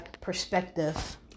perspective